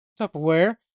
Tupperware